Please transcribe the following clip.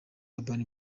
urban